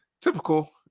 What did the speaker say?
typical